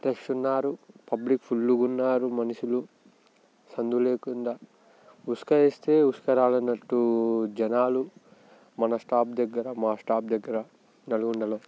rush ఉన్నారు public ఫుల్లుగా ఉన్నారు మనుషులు సందులేకుండా ఇసుక వేస్తే ఇసుక రాలునట్టు జనాలు మన స్టాప్ దగ్గర మా స్టాప్ దగ్గర నల్గొండలో